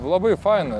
labai faina